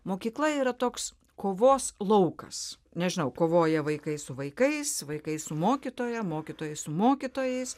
mokykla yra toks kovos laukas nežinau kovoja vaikai su vaikais vaikai su mokytoja mokytojai su mokytojais